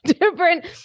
different